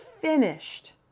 finished